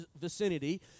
vicinity